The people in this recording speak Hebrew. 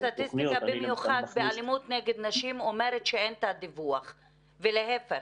הסטטיסטיקה במיוחד באלימות נגד נשים אומרת שאין תת-דיווח ולהפך.